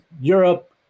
Europe